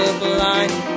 blind